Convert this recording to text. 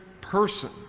person